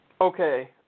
Okay